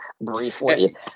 briefly